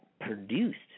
produced –